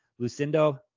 Lucindo